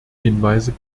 hinweise